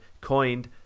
coined